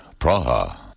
Praha